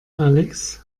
alex